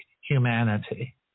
humanity